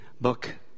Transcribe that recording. book